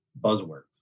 buzzwords